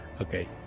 Okay